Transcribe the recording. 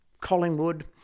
Collingwood